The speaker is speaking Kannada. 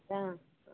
ಹಾಂ